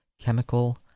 Chemical